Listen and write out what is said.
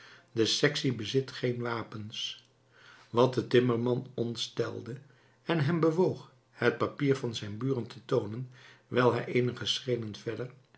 de sectie bezit geen wapens wat den timmerman ontstelde en hem bewoog het papier aan zijn buren te toonen was wijl hij eenige schreden verder